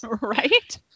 right